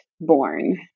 born